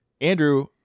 Andrew